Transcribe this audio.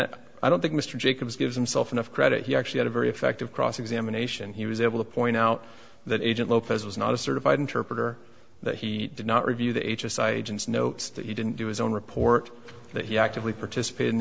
and i don't think mr jacobs gives himself enough credit he actually had a very effective cross examination he was able to point out that agent lopez was not a certified interpreter that he did not review that his site agent's notes that he didn't do his own report that he actively participated in